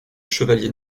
chevalier